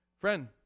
friend